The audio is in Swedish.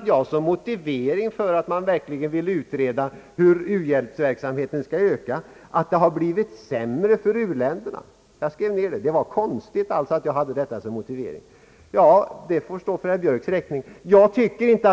att jag som motivering för en utredning om hur u-hjälpsverksamheten skall öka ville åberopa att det har blivit sämre för u-länderna. Det yttrandet får stå för herr Björks räkning.